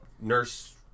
nurse